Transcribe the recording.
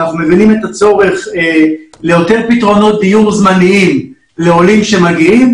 אנו מבינים את הצורך לעודד פתרונות דיור זמניים לעולים שמגיעים.